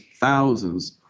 thousands